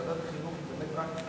ועדת החינוך היא באמת רק,